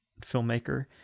filmmaker